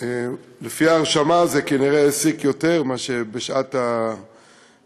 לפי ההרשמה זה כנראה העסיק יותר מאשר בשעת הדיון.